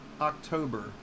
October